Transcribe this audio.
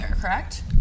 correct